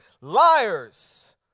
liars